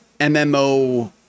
mmo